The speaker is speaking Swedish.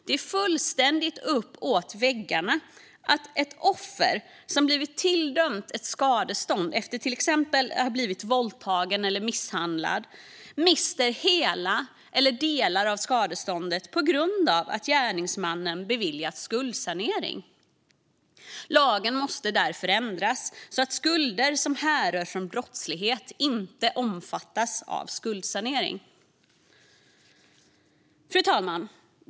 Det är fullständigt uppåt väggarna att ett offer som blivit tilldömd ett skadestånd efter att till exempel ha blivit våldtagen eller misshandlad mister hela eller delar av skadeståndet på grund av att gärningsmannen beviljats skuldsanering. Lagen måste därför ändras så att skulder som härrör från brottslighet inte omfattas av skuldsanering. Fru talman!